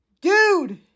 Dude